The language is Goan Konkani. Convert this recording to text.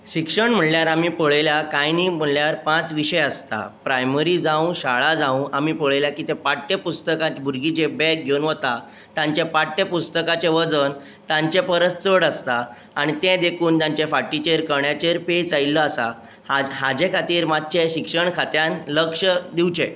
शिक्षण म्हणल्यार आमी पळयल्या पांच विशय आसता प्रायमरी जावं शाळा जावं आमी पळयलां की तें पाट्यपुस्तकांचें भुरगीं जें बॅग घेवन वता तांच्या पाठ्यपुस्तकांचें वजन तांचे परस चड आसता आनी तें देखून तांच्या फाटीच्या कण्याचेर पेज आयिल्लो आसा हाचे खातीर मातशें शिक्षण खात्यान लक्ष दिवचें